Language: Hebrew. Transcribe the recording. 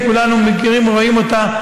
שכולנו מכירים ורואים אותה,